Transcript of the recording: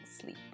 sleep